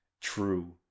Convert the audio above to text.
true